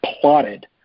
plotted